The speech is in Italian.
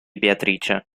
beatrice